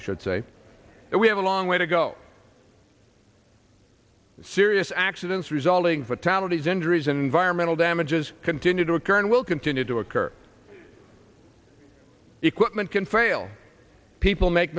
i should say that we have a long way to go serious accidents resulting fatalities injuries and environmental damages continue to occur and will continue to occur equipment can fail people make